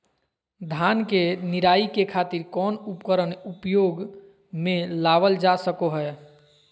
धान के निराई के खातिर कौन उपकरण उपयोग मे लावल जा सको हय?